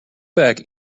back